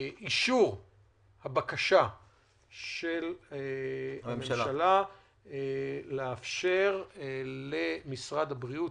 אישור הבקשה של הממשלה לאפשר למשרד הבריאות